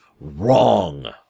wrong